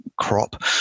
crop